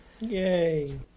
Yay